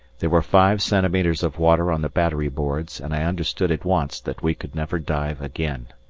there were five centimetres of water on the battery boards, and i understood at once that we could never dive again.